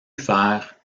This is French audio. faire